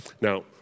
Now